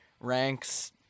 ranks